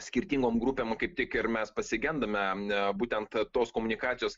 skirtingom grupėm kaip tik ir mes pasigendame būtent tos komunikacijos